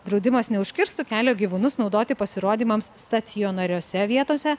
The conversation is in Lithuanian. draudimas neužkirstų kelio gyvūnus naudoti pasirodymams stacionariose vietose